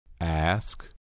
Ask